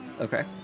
Okay